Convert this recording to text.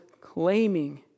claiming